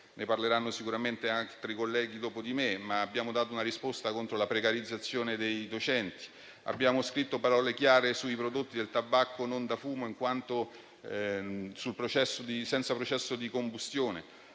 Ne parleranno sicuramente anche altri colleghi dopo di me, ma abbiamo dato una risposta contro la precarizzazione dei docenti; abbiamo scritto parole chiare sui prodotti del tabacco non da fumo senza processo di combustione;